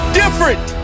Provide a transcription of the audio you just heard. different